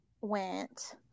went